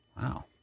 Wow